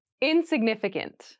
Insignificant